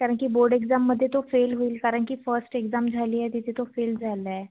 कारण की बोर्ड एक्झाममध्ये तो फेल होईल कारण की फर्स्ट एक्झाम झाली आहे तिथे तो फेल झालाआहे